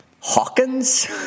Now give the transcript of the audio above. Hawkins